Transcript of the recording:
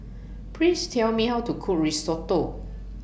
Please Tell Me How to Cook Risotto